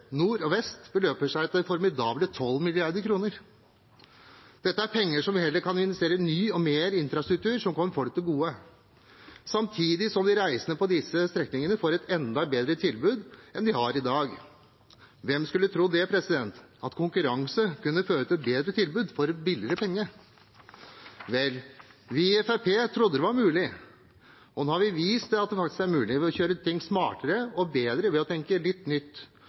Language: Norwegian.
Nord og Vest, beløper seg til formidable 12 mrd. kr. Dette er penger som vi heller kan investere i ny og mer infrastruktur som kommer folk til gode, samtidig som de reisende på disse strekningene får et enda bedre tilbud enn de har i dag. Hvem skulle trodd det, at konkurranse kunne føre til et bedre tilbud for en billigere penge. Vel, vi i Fremskrittspartiet trodde det var mulig, og nå har vi vist at det faktisk er mulig å gjøre ting smartere og bedre ved å tenke litt nytt,